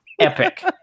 Epic